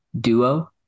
duo